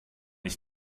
ich